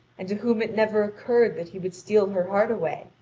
and to whom it never occurred that he would steal her heart away.